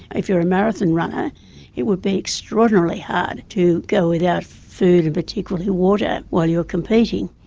if you're a marathon runner it would be extraordinarily hard to go without food and particularly water while you were competing.